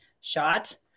shot